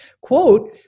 quote